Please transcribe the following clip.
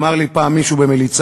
אמר לי פעם מישהו במליצה: